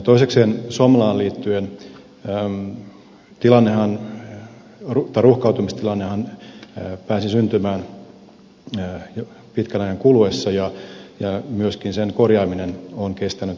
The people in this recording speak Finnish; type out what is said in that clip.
toisekseen somlaan liittyen ruuhkautumistilannehan pääsi syntymään pitkän ajan kuluessa ja myöskin sen korjaaminen on kestänyt kauan